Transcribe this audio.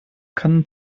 kann